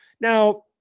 Now